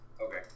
Okay